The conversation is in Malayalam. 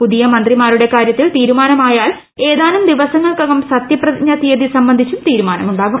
പുതിയ മന്ത്രിമാരുടെ കാര്യത്തിൽ തീരുമാനം ആയാൽ ഏതാനും ദിവസങ്ങൾക്കകം സത്യപ്രതിജ്ഞ തീയതി സംബന്ധിച്ചും തീരുമാനമുണ്ടാകും